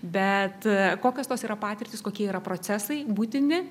bet kokios tos yra patirtys kokie yra procesai būtini